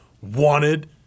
wanted